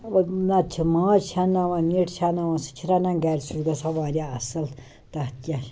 نَتہٕ چھِ ماز چھِ اَنٛناوان نِٹ چھِ اَنٛناوان سُتہِ چھِ رَنان گَرِ سُہ چھِ گژھان واریاہ اَصٕل تَتھ کیٛاہ